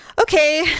Okay